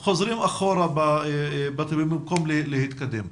ואז אנחנו חוזרים אחורה במקום להתקדם.